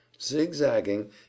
Zigzagging